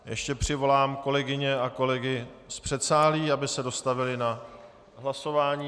Ještě přivolám kolegyně a kolegy z předsálí, aby se dostavili na hlasování.